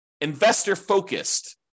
investor-focused